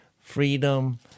freedom